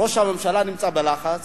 ראש הממשלה נמצא בלחץ.